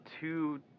two